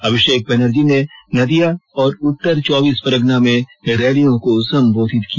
अभिषेक बनर्जी ने नादिया और उत्तर चौबीस परगना में रैलियों को संबोधित किया